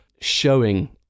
showing